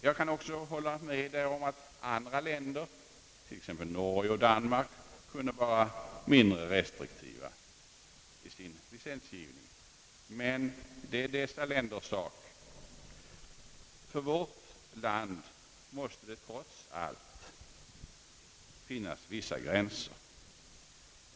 Jag kan också hålla med om att andra länder, t.ex. Norge och Danmark, kunde vara mindre restriktiva i sin licensgivning; men det är dessa länders sak. För vårt vidkommande måste det trots allt finnas vissa gränser.